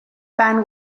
ban